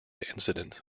incident